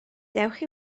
dewch